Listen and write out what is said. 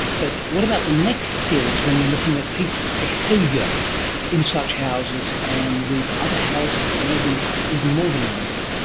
but what about the next series when you are looking at people's behaviour in such houses and with other houses that may be even more demanding?